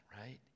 right